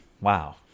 Wow